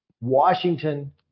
Washington